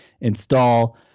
install